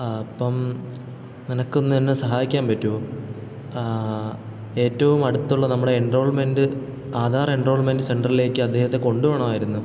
അപ്പം നിനക്കൊന്ന് എന്നെ സഹായിക്കാൻ പറ്റുമോ ഏറ്റവും അടുത്തുള്ള നമ്മുടെ എൻട്രോൾമെൻറ്റ് ആധാർ എൻട്രോൾമെൻറ്റ് സെൻറ്ററിലേയ്ക്ക് അദ്ദേഹത്തെ കൊണ്ടു പോകണമായിരുന്നു